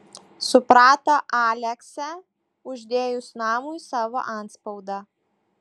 suprato aleksę uždėjus namui savo antspaudą